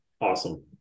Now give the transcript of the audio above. Awesome